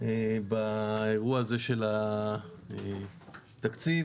באירוע הזה של התקציב